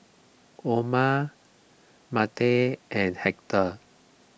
Oma Monte and Hector